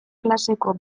klaseko